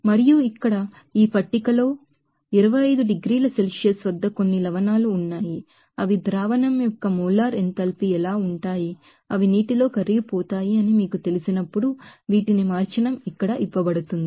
మరియు ఇక్కడ ఈ పట్టికలలో 25 డిగ్రీల సెల్సియస్ వద్ద కొన్ని లవణాలుసాల్ట్స్ ఉన్నాయి అవి molar enthalpy of the solution అవి నీటిలో కరిగిపోతాయి వీటిని మార్చడం ఇక్కడ ఇవ్వబడుతుంది